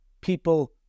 people